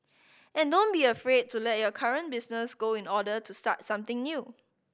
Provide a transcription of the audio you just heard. and don't be afraid to let your current business go in order to start something new